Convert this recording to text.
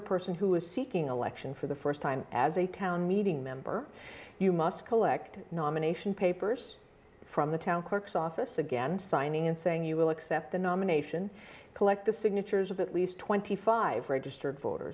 a person who is seeking election for the st time as a town meeting member you must collect nomination papers from the town clerk's office again signing and saying you will accept the nomination collect the signatures of at least twenty five registered voter